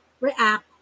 react